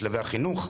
בשלבי החינוך.